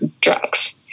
drugs